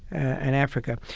and africa.